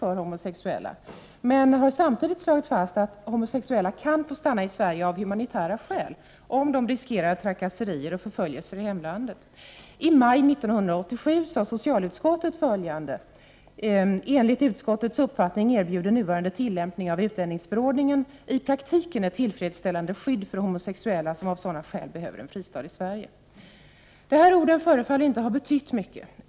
Men riksdagen har samtidigt slagit fast att homosexuella kan få stanna i Sverige av humanitära skäl, om de riskerar trakasserier och förföljelser i hemlandet. I maj 1987 sade socialutskottet följande: ”Enligt utskottets uppfattning erbjuder nuvarande tillämpning av utlänningsförordningen i praktiken ett tillfredsställande skydd för homosexuella som av sådana skäl behöver en fristad i Sverige.” Dessa ord förefaller inte ha betytt mycket.